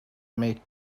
make